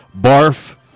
barf